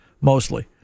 mostly